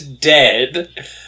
dead